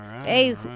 hey